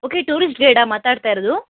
okay tourist ಗೈಡಾ ಮಾತಾಡ್ತಾಯಿರೋದು